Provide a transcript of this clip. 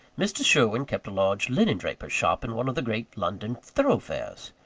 mr. sherwin kept a large linen-draper's shop in one of the great london thoroughfares!